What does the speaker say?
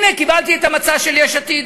הנה, קיבלתי את המצע של יש עתיד.